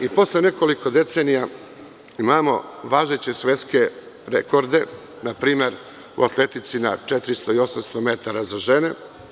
I posle nekoliko decenija, imamo važeće svetske rekorde, npr. u atletici na 400 i 800 metara, za žene.